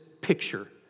picture